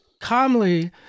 calmly